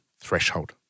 threshold